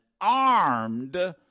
armed